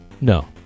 No